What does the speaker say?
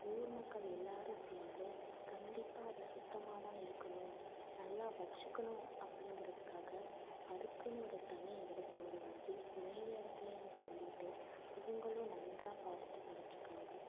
ஊர் மக்கள் எல்லோரும் சேர்ந்து கண்டிப்பாக அதை சுத்தமாக தான் இருக்கணும் நல்லா வச்சிக்கணும் அப்படிங்கிறதுக்காக அதுக்குனு ஒரு தனி இடத்தை உருவாக்கி மேல் இடத்துலையும் சொல்லிட்டு இவங்களும் நன்றாக பார்த்துட்டு வந்துட்டுருக்காங்க